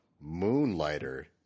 Moonlighter